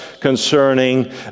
concerning